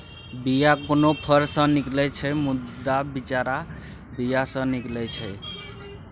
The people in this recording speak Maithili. बीया कोनो फर सँ निकलै छै मुदा बिचरा बीया सँ निकलै छै